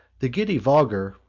the giddy vulgar,